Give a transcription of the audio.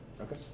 Okay